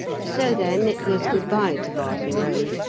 so then, it was good-bye to bardon road,